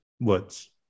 words